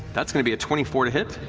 that's going to be a twenty four to hit.